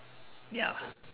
ya